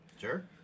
Sure